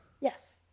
Yes